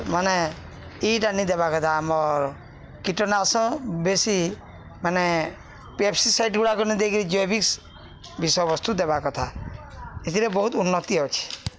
ମାନେ ଇଟା ନେଇ ଦେବା କଥା ଆମର କୀଟନାଶ ବେଶୀ ମାନେ ପେସ୍ଟିସାଇଟ୍ ଗୁଡ଼ାକ ନେଇ ଦେଇକିରି ଜୈବିକ୍ସ ବିଷୟବସ୍ତୁ ଦେବା କଥା ଏଥିରେ ବହୁତ ଉନ୍ନତି ଅଛି